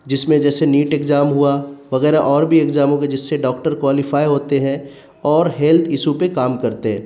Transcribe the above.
جس میں جیسے نیٹ ایگزام ہوا وغیرہ اور بھی ایگزام ہو گئے جس سے ڈاکٹر کوالیفائی ہوتے ہیں اور ہیلتھ ایشو پہ کام کرتے ہیں